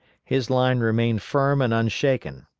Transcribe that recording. his line remained firm and unshaken.